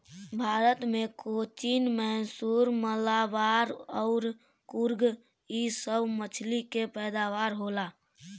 भारत मे कोचीन, मैसूर, मलाबार अउर कुर्ग इ सभ मछली के पैदावार होला